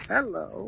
Hello